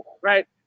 right